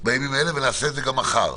בימים האלה ונעשה את זה גם מחר.